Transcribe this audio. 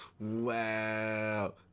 Wow